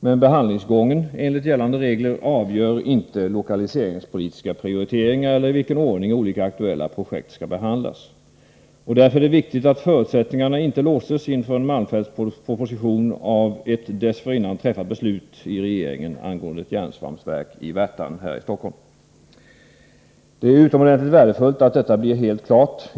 Men behandlingsgången — enligt gällande regler — avgör inte lokaliseringspolitiska Prioriteringar eller i vilken ordning olika aktuella projekt skall behandlas. Därför är det viktigt att förutsättningarna inför en malmfältsproposition inte låses av ett dessförinnan träffat beslut i regeringen angående ett järnsvampsverk i Värtan här i Stockholm. Det är utomordentligt värdefullt att detta blir helt klart.